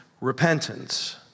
repentance